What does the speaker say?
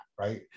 right